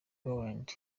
rowland